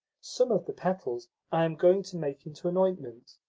some of the petals i am going to make into an ointment,